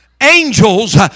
angels